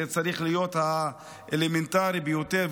זה צריך להיות האלמנטרי ביותר,